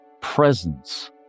presence